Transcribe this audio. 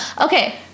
Okay